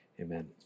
amen